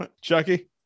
chucky